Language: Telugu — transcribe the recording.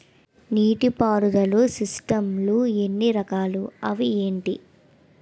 నీటిపారుదల సిస్టమ్ లు ఎన్ని రకాలు? అవి ఏంటి?